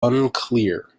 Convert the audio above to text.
unclear